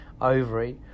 ovary